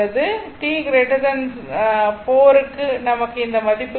t 4 க்கு நமக்கு இந்த மதிப்பு கிடைத்தது